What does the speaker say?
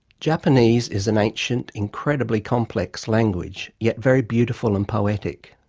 japanese is an ancient, incredibly complex language yet very beautiful and poetic.